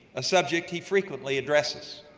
a subject he frequently addresses.